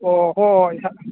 ꯑꯣ ꯍꯣꯏ ꯍꯣꯏ ꯏꯁꯥ